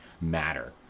matter